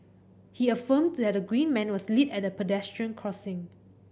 he affirmed that the green man was lit at the pedestrian crossing